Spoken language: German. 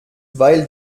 weil